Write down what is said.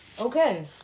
Okay